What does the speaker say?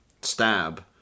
stab